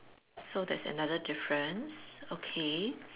so that's another difference okay